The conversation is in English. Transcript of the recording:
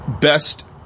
best